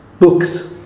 Books